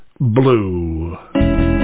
Blue